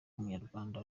umunyarwanda